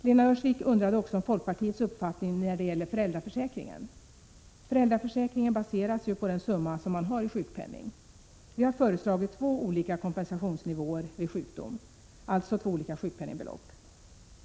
Lena Öhrsvik undrade också om folkpartiets uppfattning när det gäller föräldraförsäkringen. Föräldraförsäkringen baseras ju på den summa som man har i sjukpenning. Vi har föreslagit två olika kompensationsnivåer vid sjukdom, alltså två olika sjukpenningbelopp.